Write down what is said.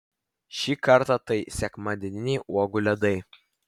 šį kartą tai sekmadieniniai uogų ledai